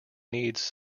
needs